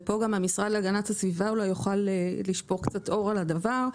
ופה גם המשרד להגנת הסביבה יוכל לשפוך קצת אור על הדבר,